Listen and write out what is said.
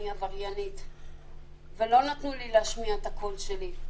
עבריינית ולא נתנו לי להשמיע את הקול שלי.